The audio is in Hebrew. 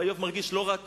האויב מרגיש לא רק